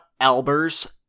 Albers